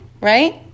right